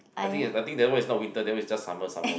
I think I think that one is not winter then it just summer some more